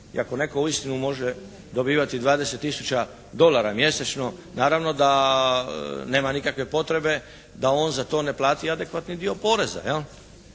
i ako netko uistinu može dobivati 20 tisuća dolara mjesečno naravno da nema nikakve potrebe da on za to ne plati adekvatni dio poreza